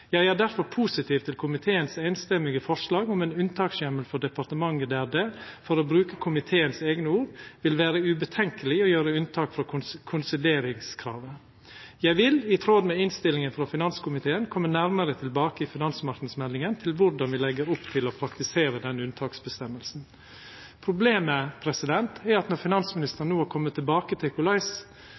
Jeg er derfor positiv til komiteens enstemmige forslag om en unntakshjemmel for departementet der det – for å bruke komiteens egne ord – vil være ubetenkelig å gjøre unntak fra konsolideringskravet. Jeg vil, i tråd med innstillingen fra finanskomiteen, komme nærmere tilbake i finansmarkedsmeldingen til hvordan vi legger opp til å praktisere denne unntaksbestemmelsen.» Problemet er at når finansministeren no har kome tilbake til